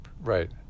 Right